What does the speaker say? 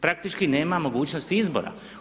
Praktički nema mogućnost izbora.